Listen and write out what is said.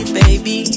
baby